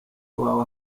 iwawe